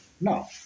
No